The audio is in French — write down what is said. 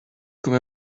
comme